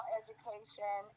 education